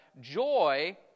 joy